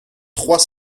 trois